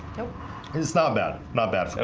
it's not bad not bad for